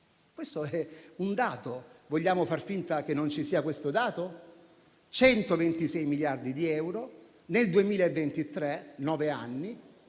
Questo è un dato. Vogliamo far finta che non ci sia? A fronte di 126 miliardi di euro, nel 2023, dopo nove anni,